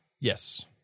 Yes